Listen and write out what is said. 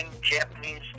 japanese